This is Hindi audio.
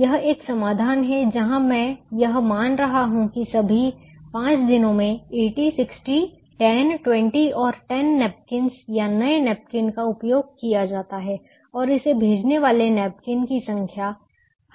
यह एक समाधान है जहां मैं यह मान रहा हूं कि सभी 5 दिनों में 80 60 10 20 और 10 नैपकिन या नए नैपकिन का उपयोग किया जाता है और इसे भेजे जाने वाले नैपकिन की संख्या